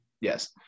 yes